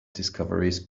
discoveries